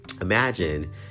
Imagine